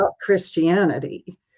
Christianity